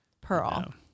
Pearl